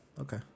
Okay